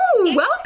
welcome